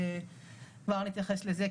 כבר נתייחס לזה,